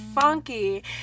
funky